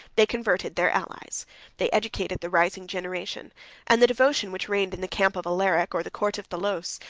they converted their allies they educated the rising generation and the devotion which reigned in the camp of alaric, or the court of thoulouse,